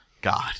God